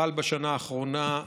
חל בשנה האחרונה.